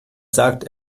sagt